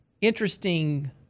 interesting